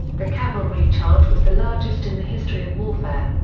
the cavalry charge was the largest in the history of warfare.